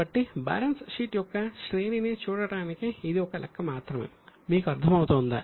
కాబట్టి balance sheet యొక్క శ్రేణిని చూడడానికి ఇది ఒక లెక్క మాత్రమే మీకు అర్థం అవుతుందా